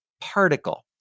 particle